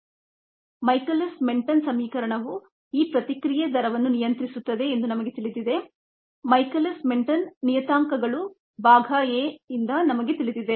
Michaelis Menten ಸಮೀಕರಣವು ಈ ಪ್ರತಿಕ್ರಿಯೆ ದರವನ್ನು ನಿಯಂತ್ರಿಸುತ್ತದೆ ಎಂದು ನಮಗೆ ತಿಳಿದಿದೆ ಮೈಕೆಲಿಸ್ ಮೆನ್ಟೆನ್ ನಿಯತಾಂಕಗಳು ಭಾಗ a ಇಂದ ನಮಗೆ ತಿಳಿದಿದೆ